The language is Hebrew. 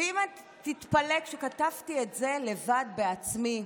תתפלא שכתבתי את זה לבד, בעצמי,